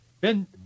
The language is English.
Ben